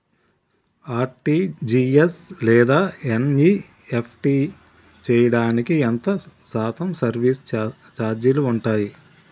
RTGS లేదా NEFT చేయడానికి ఎంత శాతం సర్విస్ ఛార్జీలు ఉంటాయి?